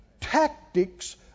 tactics